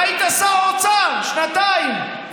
והיית שר אוצר שנתיים,